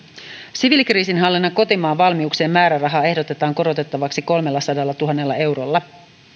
siviilikriisihallinnan kotimaan valmiuksien määrärahaa ehdotetaan korotettavaksi kolmellasadallatuhannella eurolla